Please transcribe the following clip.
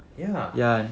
ya